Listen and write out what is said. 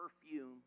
perfume